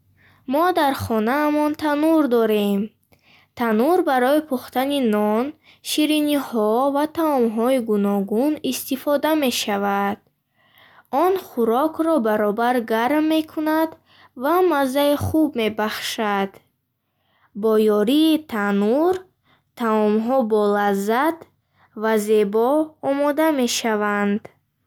Мо дар хонаамон танур дорем. Танӯр барои пухтани нон, шириниҳо ва таомҳои гуногун истифода мешавад. Он хӯрокро баробар гарм мекунад ва маззаи хуб мебахшад. Бо ёрии танӯр таомҳо болаззат ва зебо омода мешаванд.